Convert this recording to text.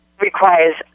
requires